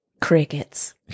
Crickets